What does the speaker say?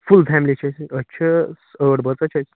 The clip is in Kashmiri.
فُل فیملی چھِ أسۍ أسۍ چھِ ٲٹھ بٲژ حظ چھِ أسۍ